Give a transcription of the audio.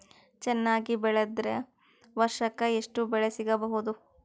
ಚೆನ್ನಾಗಿ ಬೆಳೆದ್ರೆ ವರ್ಷಕ ಎಷ್ಟು ಬೆಳೆ ಸಿಗಬಹುದು?